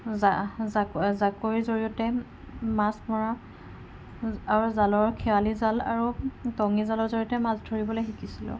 জাকৈৰ জড়িয়তে মাছ মৰা আৰু জালৰ খেৱালী জাল আৰু টঙি জালৰ জড়িয়তে মাছ ধৰিবলৈ শিকিছিলো